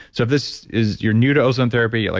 so, if this is, you're new to ozone therapy, you're like,